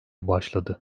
başladı